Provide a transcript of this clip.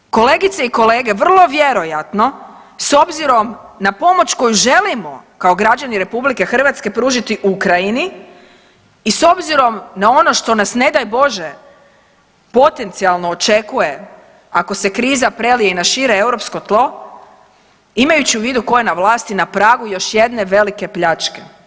Pa mi smo kolegice i kolege vrlo vjerojatno s obzirom na pomoć koju želimo kao građani RH pružiti Ukrajini i s obzirom na ono što nas ne daj Bože potencijalno očekuje ako se kriza prelije na šire europsko tlo imajući u vidu tko je na vlasti na pragu još jedne velike pljačke.